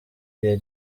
gihe